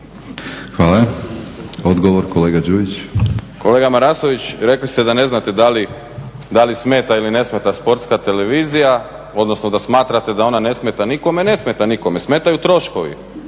Hvala. Odgovor kolega Đujić. **Đujić, Saša (SDP)** Kolega Marasović, rekli ste da ne znate da li smeta ili ne smeta Sportska televizija, odnosno da smatrate da one ne smeta nikome. Ne smeta nikome, smetaju troškovi